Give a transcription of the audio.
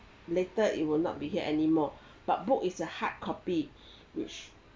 later it will not be here anymore but book is a hardcopy which